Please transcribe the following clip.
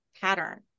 pattern